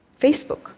Facebook